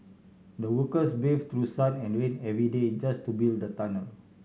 the workers braved through sun and rain every day just to build the tunnel